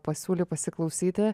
pasiūlei pasiklausyti